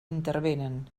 intervenen